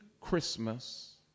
Christmas